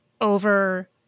over